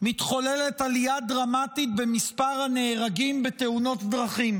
מתחוללת עלייה דרמטית במספר הנהרגים בתאונות דרכים.